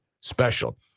special